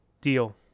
deal